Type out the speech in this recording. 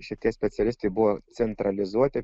šitie specialistai buvo centralizuoti